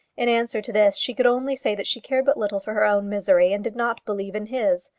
in answer to this she could only say that she cared but little for her own misery, and did not believe in his.